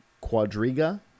quadriga